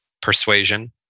persuasion